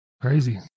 Crazy